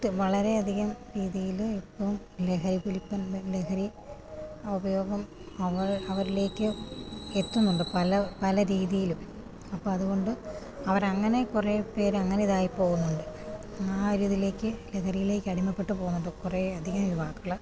വളരെയധികം രീതിയിൽ ഇപ്പം ലഹരിയുൽപ്പന്നം ലഹരി ഉപയോഗം അവർ അവരിലേക്ക് എത്തുന്നുണ്ട് പല പലരീതിയിലും അപ്പോൾ അതുകൊണ്ട് അവർ അങ്ങനെ കുറേപ്പേർ അങ്ങനെയിതായിപ്പോകുന്നുണ്ട് ആ രീതിയിലേക്ക് ലഹരിയിലേക്കടിമപ്പെട്ട് പോകുന്നുണ്ട് കുറേയധികം യുവാക്കൾ